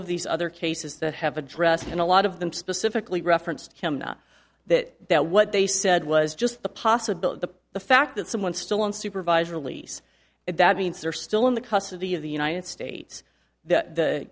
of these other cases that have addressed and a lot of them specifically referenced chem not that that what they said was just the possibility the fact that someone still unsupervised release it that means they're still in the custody of the united states that the